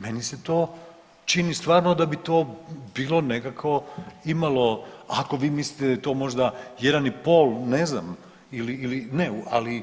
Meni se to čini stvarno da bi to bilo nekakvo imalo, ako vi mislite da je to možda 1,5 ne znam ili, ili, ali